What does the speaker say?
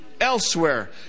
elsewhere